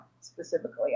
specifically